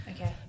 Okay